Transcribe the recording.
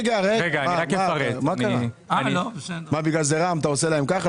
רגע, בגלל שזה רע"מ אתה עושה להם כך?